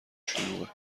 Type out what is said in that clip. شلوغه